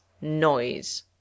noise